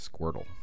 Squirtle